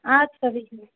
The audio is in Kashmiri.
اَدٕ سا بِہِو بِہِو